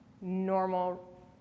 normal